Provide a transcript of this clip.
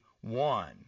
one